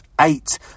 eight